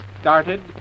started